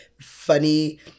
funny